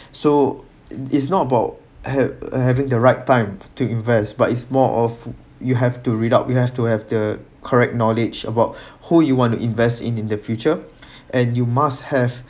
so it's not about hav~ having the right time to invest but it's more of you have to read up you have to have the correct knowledge about who you want to invest in the future and you must have